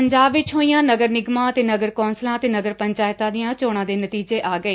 ਪੰਜਾਬ ਵਿਚ ਹੋਈਆਂ ਨਗਰ ਨਿਗਮਾਂ ਤੇ ਨਗਰ ਕੋਂਸਲਾਂ ਤੇ ਨਗਰ ਪੰਚਾਇਤਾਂ ਦੀਆਂ ਚੋਣਾਂ ਦੇ ਨਤੀਜੇ ਆ ਗਏ